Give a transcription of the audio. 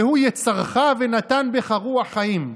והוא יצרך ונתן בך רוח חיים.